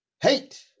Hate